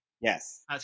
Yes